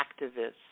activists